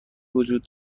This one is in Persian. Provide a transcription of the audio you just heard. وجود